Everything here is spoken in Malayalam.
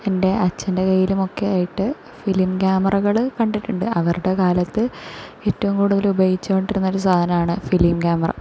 എന്റെ അച്ഛന്റെ കൈയിലുമൊക്കെയായിട്ട് ഫിലിം ക്യാമറകൾ കണ്ടിട്ടുണ്ട് അവരുടെ കാലത്ത് ഏറ്റവും കൂടുതല് ഉപയോഗിച്ച് കൊണ്ടിരുന്ന ഒരു സാധനമാണ് ഫിലിം ക്യാമറ